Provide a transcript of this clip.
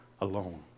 alone